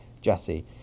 Jesse